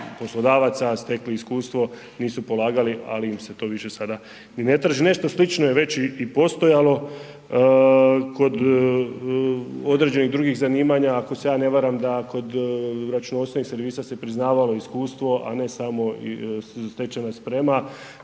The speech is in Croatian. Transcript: poslodavaca, stekli iskustvo, nisu polagali ali im se to više sada ni ne traži. Nešto slično je već i postojalo kod određenih drugih zanimanja, ako se ja ne varam da kod računovodstvenih servisa se priznavalo iskustvo a ne samo stečena sprema.